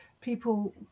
People